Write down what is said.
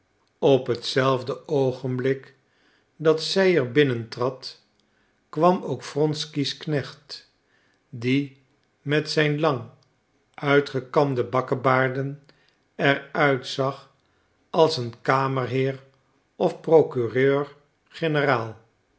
op hetzelfde oogenblik dat zij er binnen trad kwam ook wronsky's knecht die met zijn lang uitgekamde bakkebaarden er uitzag als een kamerheer of procureur-generaal